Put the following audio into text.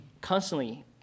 Constantly